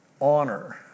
Honor